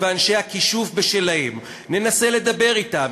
ואנשי הכישוף בשלהם: ננסה לדבר אתם,